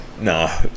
nah